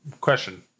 Question